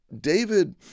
David